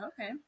Okay